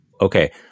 Okay